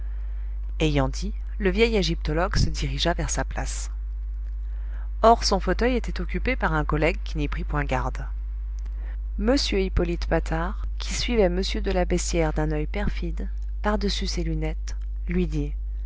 ayant dit le vieil égyptologue se dirigea vers sa place or son fauteuil était occupé par un collègue qui n'y prit point garde m hippolyte patard qui suivait m de la beyssière d'un oeil perfide par-dessus ses lunettes lui dit